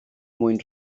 mwyn